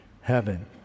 heaven